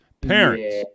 parents